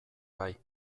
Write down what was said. bai